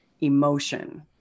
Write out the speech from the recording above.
emotion